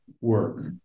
work